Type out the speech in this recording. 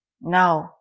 No